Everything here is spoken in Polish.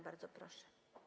Bardzo proszę.